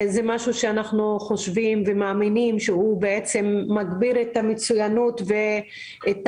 זה משהו שאנחנו חושבים ומאמינים שהוא מגביר את המצוינות ואת